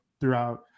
throughout